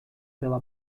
pela